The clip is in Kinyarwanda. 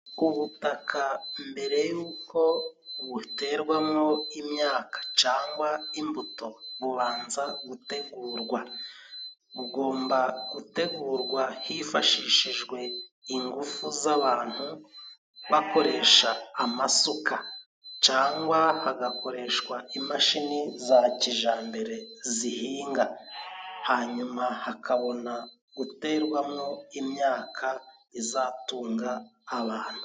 Ubutaka mbere yuko buterwamo imyaka, cyangwa imbuto bubanza gutegurwa, bugomba gutegurwa hifashishijwe ingufu z'abantu bakoresha amasuka, cyangwa hagakoreshwa imashini za kijyambere zihinga, hanyuma hakabona guterwamo imyaka izatunga abantu.